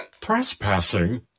Trespassing